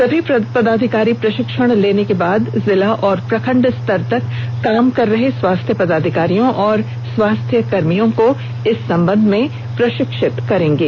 सभी पदाधिकारी प्रशिक्षण लेने के बाद जिला और प्रखंड स्तर तक काम कर रहे स्वास्थ्य पदाधिकारियों और स्वास्थ्य कर्मियों को प्रशिक्षित करेंगे